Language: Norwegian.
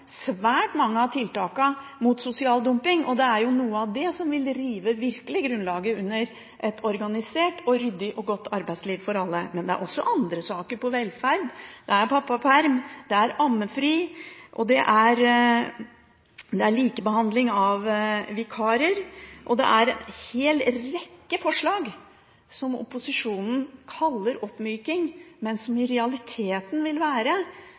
svært mange av tiltakene mot sosial dumping, og det er noe av det som virkelig ville rive bort grunnlaget for et organisert og ryddig og godt arbeidsliv for alle. Men det er også andre saker som gjelder velferd – som pappaperm, ammefri, likebehandling av vikarer og en hele rekke forslag – som opposisjonen kaller oppmyking, men som